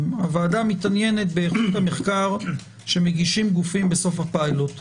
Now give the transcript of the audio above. אלא היא מתעניינת באיכות המחקר שמגישים גופים בסוף הפילוט.